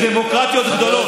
בדמוקרטיות גדולות.